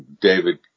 David